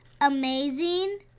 Amazing